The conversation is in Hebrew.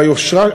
ביושרה,